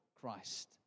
Christ